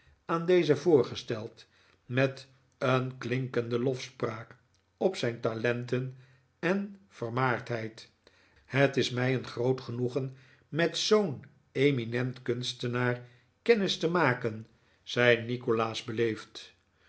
aan dezen voorgesteld met een klinkende lofspraak op zijn talenten en vermaardheid het is mij een groot genoegen met zoo'n eminent kunstenaar kennis te maken zei nikolaas beleefd